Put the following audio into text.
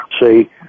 See